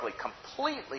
completely